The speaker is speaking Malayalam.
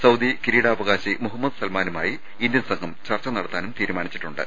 സൌദി കിരീടാവകാശി മുഹമ്മദ് സൽമാനുമായി ഇന്ത്യൻ സംഘം ചർച്ച നടത്താനും തീരുമാനിച്ചിട്ടു ണ്ട്